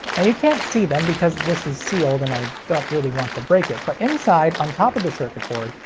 and you can't see them because this is sealed and i don't really want to break it but inside, on top of the circuit board,